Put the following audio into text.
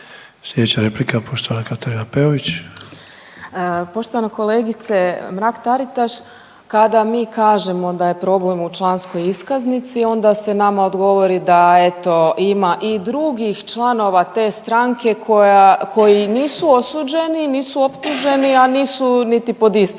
Katarina Peović. **Peović, Katarina (RF)** Poštovana kolegice Mrak-Taritaš, kada mi kažemo da je problem u članskoj iskaznici onda se nama odgovori da eto ima i drugih članova te stranke koja, koji nisu osuđeni, nisu optuženi, a nisu niti pod istragom,